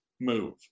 move